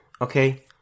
Okay